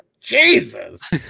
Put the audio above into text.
Jesus